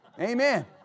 Amen